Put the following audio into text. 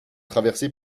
traversée